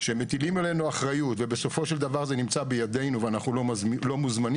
שמטילים עלינו אחריות ובסופו של דבר זה נמצא בידינו ואנחנו לא מוזמנים,